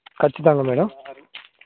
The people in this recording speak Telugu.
ఖచ్చితంగా మేడం ఆరు